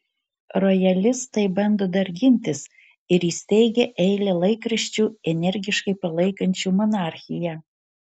rojalistai bando dar gintis ir įsteigia eilę laikraščių energiškai palaikančių monarchiją